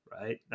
right